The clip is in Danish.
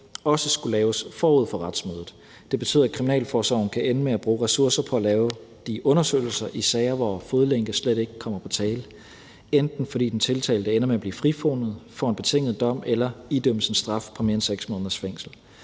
også skulle laves forud for retsmødet, og det betyder, at kriminalforsorgen kan ende med at bruge ressourcer på at lave de undersøgelser i sager, hvor fodlænke slet ikke kommer på tale, enten fordi den tiltalte ender med at blive frifundet, får en betinget dom eller idømmes en straf på mere end 6 måneders fængsel.